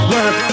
Work